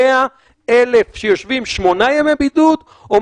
100,000 שיושבים שמונה ימי בידוד או